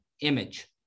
image